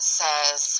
says